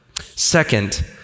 Second